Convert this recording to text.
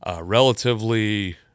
relatively